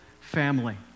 family